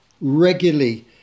regularly